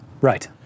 Right